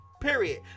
Period